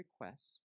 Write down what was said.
requests